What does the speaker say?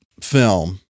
film